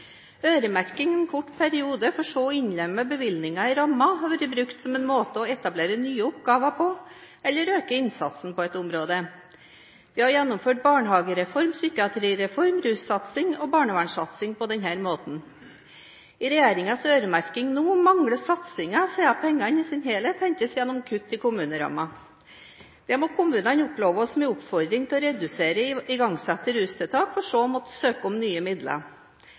Øremerking en kort periode for så å innlemme bevilgningene i rammen har vært brukt som en måte å etablere nye oppgaver på eller øke innsatsen på et område på. Vi har gjennomført en barnehagereform, en psykiatrireform, russatsing og barnevernssatsing på denne måten. I regjeringens øremerking nå mangler satsingen, siden pengene i sin helhet hentes gjennom kutt i kommunerammen. Det må i kommunene oppleves som en oppfordring til å redusere igangsatte rustiltak for så å måtte søke om nye midler.